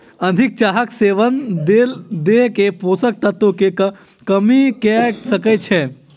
अधिक चाहक सेवन देह में पोषक तत्व के कमी कय सकै छै